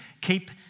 keep